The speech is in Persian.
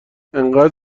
انقد